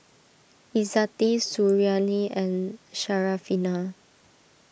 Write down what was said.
Izzati Suriani and Syarafina